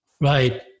right